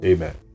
Amen